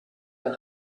der